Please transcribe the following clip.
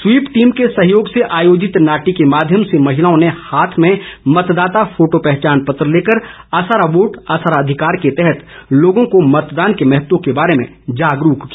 SVEEP team के सहयोग से आयोजित नाटी के माध्यम से महिलाओं ने हाथ में मतदाता फोटो पहचानपत्र लेकर आसारा वोट आसारा अधिकार के तहत लोगों को मतदान के महत्व के बारे में जागरूक किया